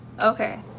okay